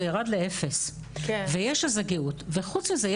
זה ירד לאפס ויש איזה גאות וחוץ מזה,